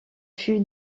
fut